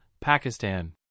Pakistan